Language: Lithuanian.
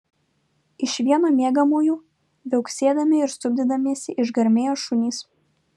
iš vieno miegamųjų viauksėdami ir stumdydamiesi išgarmėjo šunys